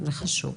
זה חשוב.